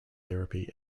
therapy